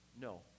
no